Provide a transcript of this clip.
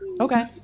Okay